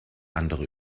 andere